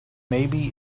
maybe